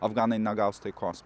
afganai negaus taikos